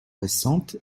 récentes